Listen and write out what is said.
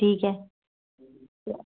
ठीक है